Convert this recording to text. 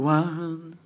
one